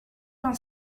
vingt